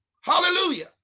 Hallelujah